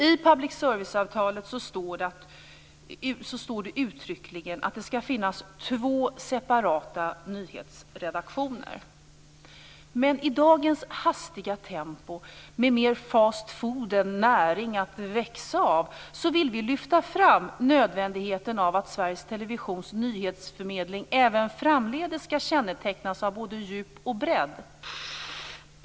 I public service-avtalet står det uttryckligen att det ska finnas två separata nyhetsredaktioner men i dagens hastiga tempo med mer fast food än näring att växa av vill vi lyfta fram nödvändigheten av att Sveriges Televisions nyhetsförmedling även framdeles ska kännetecknas av både djup och bredd.